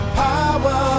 power